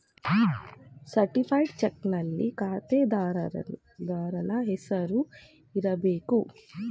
certified ಚಕ್ನಲ್ಲಿ ಖಾತೆದಾರನ ಹೆಸರು ಇರಬೇಕು